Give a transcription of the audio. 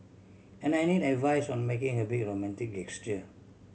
and I need advice on making a big romantic gesture